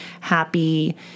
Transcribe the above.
happy